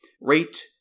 rate